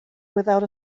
without